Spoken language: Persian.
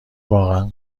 واقعا